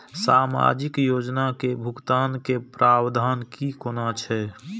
सामाजिक योजना से भुगतान के प्रावधान की कोना छै?